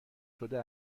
شده